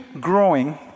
growing